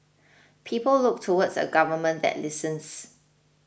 people look towards a government that listens